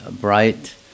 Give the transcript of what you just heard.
bright